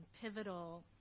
pivotal